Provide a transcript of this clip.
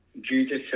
Jesus